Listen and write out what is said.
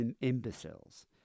imbeciles